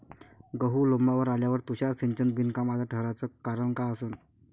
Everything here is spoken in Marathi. गहू लोम्बावर आल्यावर तुषार सिंचन बिनकामाचं ठराचं कारन का असन?